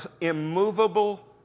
immovable